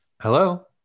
hello